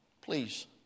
please